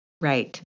Right